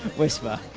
whisper.